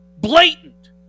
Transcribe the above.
blatant